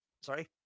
sorry